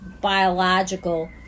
biological